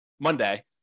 monday